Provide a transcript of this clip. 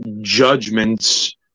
judgments